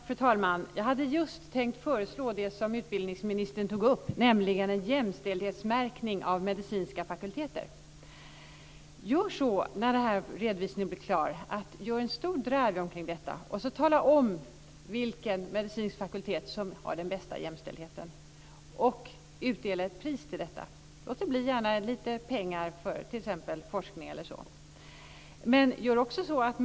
Fru talman! Jag hade just tänkt föreslå det som utbildningsministern tog upp, nämligen en jämställdhetsmärkning av medicinska fakulteter. Gör en stor drive kring detta när redovisningen blir klar och tala om vilken medicinsk fakultet som har den bästa jämställdheten. Dela ut ett pris till denna. Låt det gärna bli lite pengar till forskning eller något liknande.